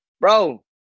Bro